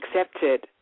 accepted